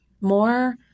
More